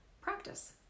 practice